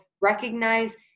recognize